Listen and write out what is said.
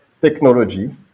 technology